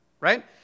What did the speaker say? Right